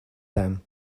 them